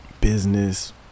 business